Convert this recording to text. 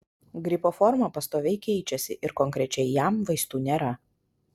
gripo forma pastoviai keičiasi ir konkrečiai jam vaistų nėra